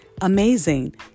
Amazing